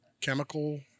chemical